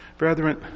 Brethren